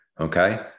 Okay